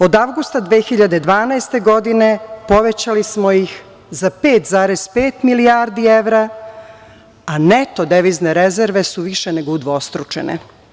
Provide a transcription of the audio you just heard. Od avgusta 2012. godine povećali smo ih za 5,5 milijardi evra, a neto devizne rezerve su više nego udvostručene.